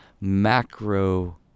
macro